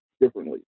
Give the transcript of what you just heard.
differently